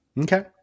Okay